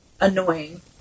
annoying